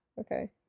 Okay